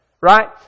Right